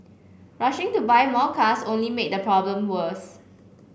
rushing to buy more cars only made the problem worse